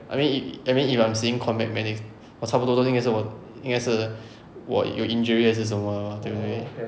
I mean if I mean if I'm seeing combat medics 我差不多都因该是我因该是我有 injury 还是什么 liao ah 对不对